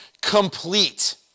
complete